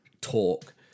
talk